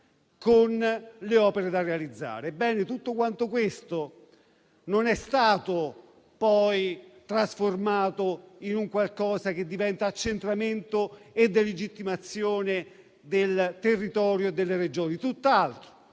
tutto questo non è stato poi trasformato in qualcosa che diventa accentramento e delegittimazione del territorio delle Regioni,